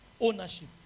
Ownership